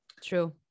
True